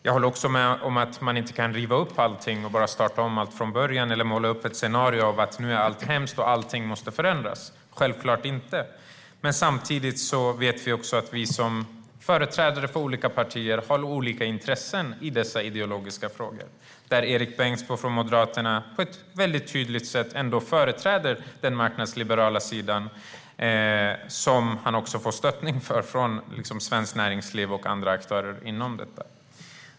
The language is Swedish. Jag håller också med om att man inte kan riva upp allting och bara starta om allt från början eller måla upp ett scenario av att nu är allt hemskt och att allting måste förändras, självklart inte. Samtidigt vet vi att vi som företrädare för olika partier har olika intressen i dessa ideologiska frågor. Erik Bengtzboe från Moderaterna företräder tydligt den marknadsliberala sidan, vilket han får stöttning för från Svenskt Näringsliv och andra aktörer inom detta.